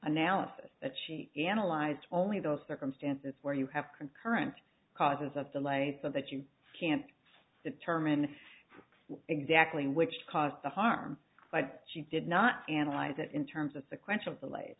analysis that she analyzed only those circumstances where you have concurrent causes of delay so that you can't determine exactly which caused the harm but she did not analyze it in terms of sequential delays